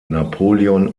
napoleon